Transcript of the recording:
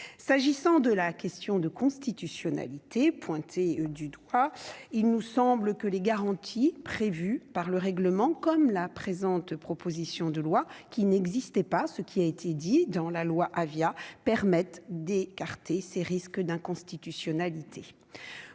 s'agissant de la question de constitutionnalité pointée du doigt, il nous semble que les garanties prévues par le règlement, comme la présente proposition de loi qui n'existait pas, ce qui a été dit dans la loi Avia permettent d'écarter ses risques d'inconstitutionnalité